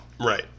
Right